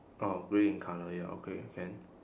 oh grey in colour ya okay can